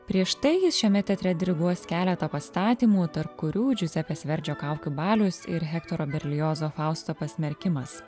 prieš tai jis šiame teatre diriguos keletą pastatymų tarp kurių džiuzepės verdžio kaukių balius ir hektoro berliozo fausto pasmerkimas